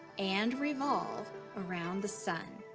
and revolve around the sun.